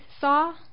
saw